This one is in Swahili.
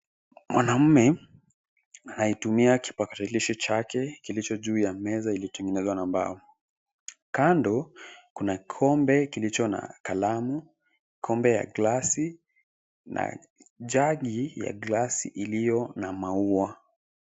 Mwanaume anayetumia kipakatalishi chake kilicho juu ya meza, iliyotengenezwa na mbao .Kando Kuna kikombe kilicho na kalamu ,Kikombe ya glasi, na jagi ya glasi iliyo na maua .